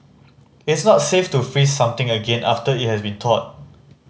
it is not safe to freeze something again after it has been thawed